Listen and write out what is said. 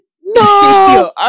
No